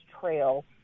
Trail